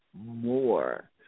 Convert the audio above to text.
More